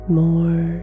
more